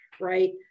right